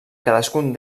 cadascun